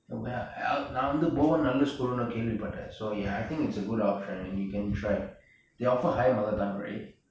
நா வந்து:naa vanthu bowen நல்ல:nalla school கேல்வி பட்டேன்:kelvi patten so I think it's a good option and you can try they offer higher mother tongue right